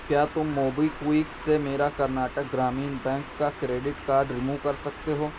کیا تم MobiKwik سے میرا کرناٹک گرامین بینک کا کریڈٹ کارڈ ریمو کر سکتے ہو